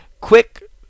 quick